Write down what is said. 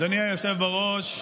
אדוני היושב-ראש,